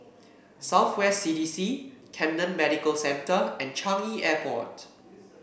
South West C D C Camden Medical Center and Changi Airport